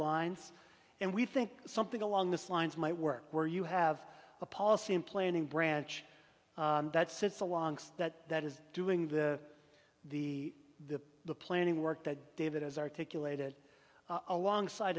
lines and we think something along those lines might work where you have a policy in planning branch that sits alongside that that is doing the the the the planning work that david has articulated alongside